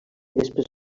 després